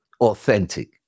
authentic